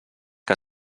que